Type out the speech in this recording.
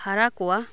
ᱦᱟᱨᱟ ᱠᱚᱣᱟ